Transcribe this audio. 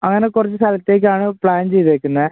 അങ്ങനെ കുറച്ച് സ്ഥലത്തേക്കാണ് പ്ലാൻ ചെയ്തിരിക്കുന്നത്